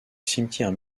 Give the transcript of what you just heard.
cimetière